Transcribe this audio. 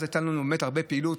אז הייתה לנו הרבה פעילות,